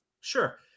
Sure